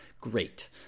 great